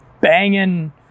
banging